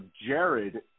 Jared